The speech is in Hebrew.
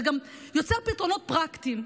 זה גם יוצר פתרונות פרקטיים,